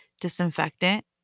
disinfectant